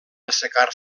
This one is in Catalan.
assecar